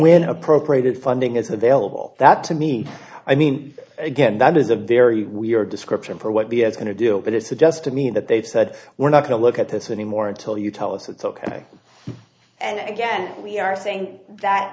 when appropriated funding is available that to me i mean again that is a very weird description for what b s going to do but it suggests to me that they've said we're not going to look at this anymore until you tell us it's ok and again we are saying that